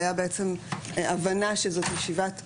הייתה הבנה שזו ישיבת פתיחה,